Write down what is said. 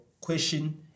question